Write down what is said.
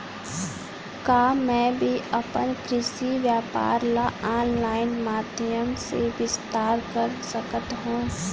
का मैं भी अपन कृषि व्यापार ल ऑनलाइन माधयम से विस्तार कर सकत हो?